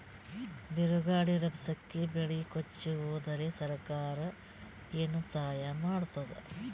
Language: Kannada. ಬಿರುಗಾಳಿ ರಭಸಕ್ಕೆ ಬೆಳೆ ಕೊಚ್ಚಿಹೋದರ ಸರಕಾರ ಏನು ಸಹಾಯ ಮಾಡತ್ತದ?